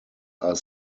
are